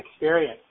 experience